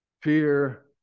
fear